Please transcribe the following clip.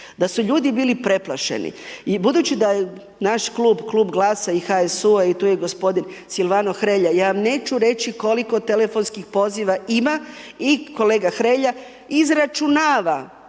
da su ljudi bili preplašeni. Budući da naš klub, Klub GLAS-a i HSU-a i tu je gospodin Silvano Hrelja, ja vam neću reći koliko telefonskih poziva ima i kolega Hrelja izračunava